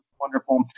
wonderful